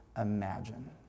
imagine